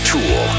Tool